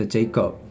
Jacob